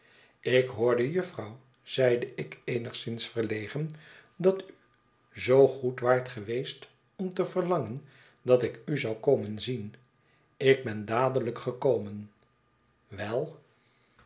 ik hoorde jufvrouw zeide ik eenigszins verlegen dat u zoo goed waart geweestomte verlangen dat ik u zou komen zien en ik ben dadelijk gekomen wel